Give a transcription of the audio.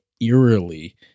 eerily